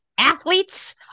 athletes